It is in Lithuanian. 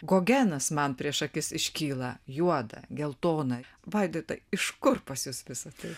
gogenas man prieš akis iškyla juoda geltona vaidotai iš kur pas jus visa tai